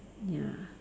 ya